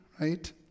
right